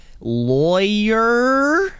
lawyer